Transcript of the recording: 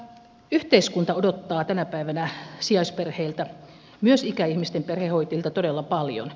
yhteiskunta odottaa tänä päivänä sijaisperheiltä myös ikäihmisten perhehoitajilta todella paljon